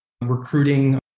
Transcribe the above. recruiting